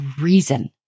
reason